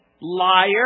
liar